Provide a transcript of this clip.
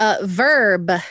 Verb